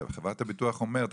שחברת הביטוח אומרת,